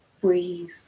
Breathe